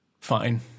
fine